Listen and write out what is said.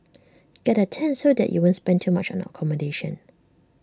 get A tent so that you won't spend too much on accommodation